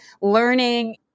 learning